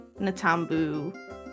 Natambu